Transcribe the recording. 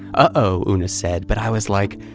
oh, oona said, but i was like,